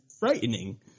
Frightening